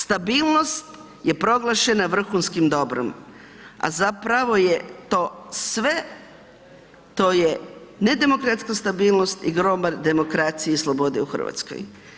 Stabilnost je proglašena vrhunskim dobrom a zapravo je to sve, to je nedemokratska stabilnost i grobar demokracije i slobode u Hrvatskoj.